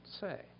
say